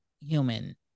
human